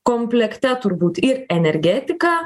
komplekte turbūt ir energetiką